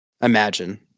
imagine